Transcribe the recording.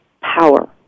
power